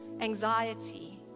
anxiety